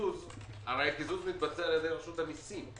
הרי מתבצע על-ידי רשות המיסים.